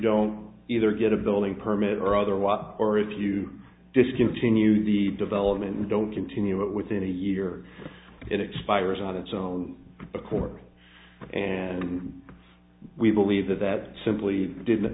don't either get a building permit or other walk or if you discontinue the development don't continue it within a year expires on its own accord and we believe that that simply did